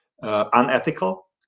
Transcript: unethical